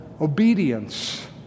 obedience